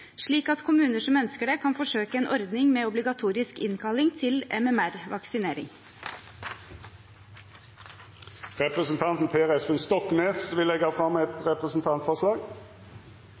slik at kommuner som ønsker det, kan forsøke en ordning med obligatorisk innkalling til MMR-vaksinering. Representanten Per Espen Stoknes vil leggja fram eit representantforslag.